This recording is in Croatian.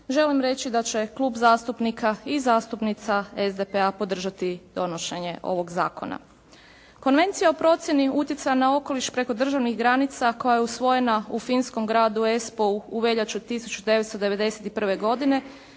Želim reći da će Klub zastupnika i zastupnica SDP-a podržati donošenje ovog zakona. Konvencija o procjeni utjecaja na okoliš preko državnih granica koja je usvojena u finskom gradu Espou u veljači 1991. godine